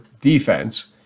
defense